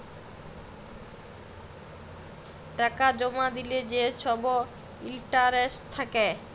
টাকা জমা দিলে যে ছব ইলটারেস্ট থ্যাকে